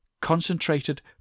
concentrated